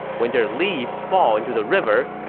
when their leaves fall into the river,